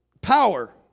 power